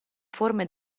forme